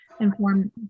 inform